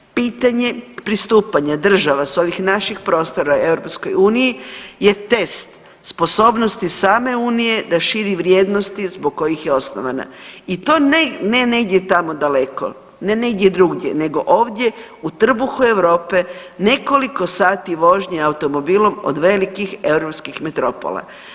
Pitanje pristupanja država s ovih naših prostora EU je test sposobnosti same unije da širi vrijednosti zbog kojih je osnovana i to ne negdje tamo daleko ne negdje drugdje, nego ovdje u trbuhu Europe, nekoliko sati vožnje automobilom od velikih europskih metropola.